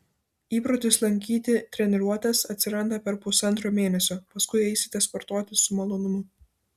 įprotis lankyti treniruotes atsiranda per pusantro mėnesio paskui eisite sportuoti su malonumu